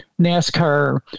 NASCAR